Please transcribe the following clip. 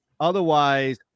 Otherwise